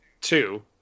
two